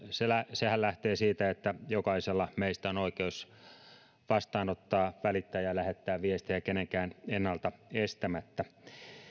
sehän lähtee siitä että jokaisella meistä on oikeus vastaanottaa välittää ja lähettää viestejä kenenkään ennalta estämättä